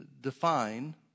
define